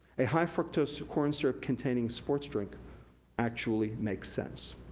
a high fructose corn syrup containing sports drink actually makes sense.